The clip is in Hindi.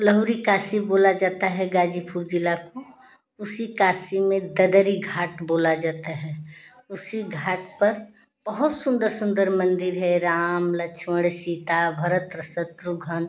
लहुरी काशी बोला जाता है गाजीपुर ज़िला को उसी काशी में ददरी घाट बोला जाता है उसी घाट पर बहुत सुंदर सुंदर मंदिर है राम लक्ष्मण सीता भरत शत्रुघ्न